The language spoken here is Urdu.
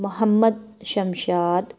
محمد شمشاد